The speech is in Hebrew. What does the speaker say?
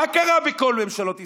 מה קרה בכל ממשלות ישראל?